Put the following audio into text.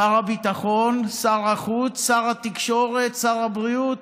שר הביטחון, שר החוץ, שר התקשורת, שר הבריאות.